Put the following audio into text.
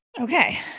okay